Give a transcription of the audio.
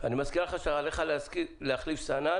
אני מזכיר לך שעליך להחליף סנן